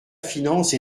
finance